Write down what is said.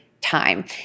time